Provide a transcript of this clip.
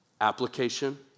application